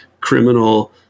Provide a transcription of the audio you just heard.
criminal